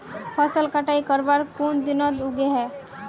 फसल कटाई करवार कुन दिनोत उगैहे?